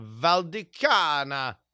Valdikana